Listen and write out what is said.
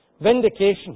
Vindication